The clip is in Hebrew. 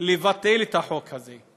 לבטל את החוק הזה,